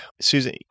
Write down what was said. Susan